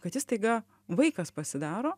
kad jis staiga vaikas pasidaro